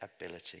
ability